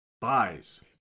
Buys